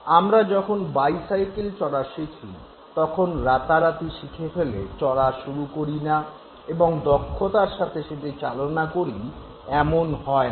আমরা যখন বাইসাইকেল চড়া শিখি তখন রাতারাতি শিখে ফেলে চড়া শুরু করি এবং দক্ষতার সাথে সেটি চালনা করি এমন হয় না